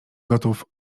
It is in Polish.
gotów